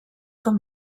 com